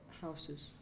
houses